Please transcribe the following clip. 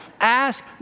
ask